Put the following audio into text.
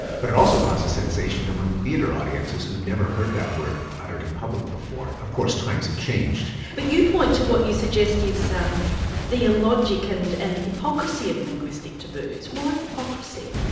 but it also caused a sensation among theatre audiences who'd never heard that word uttered in public before. of course times have changed. but you point to what you suggest is the illogic and and hypocrisy of linguistic taboos. why hypocrisy?